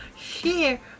share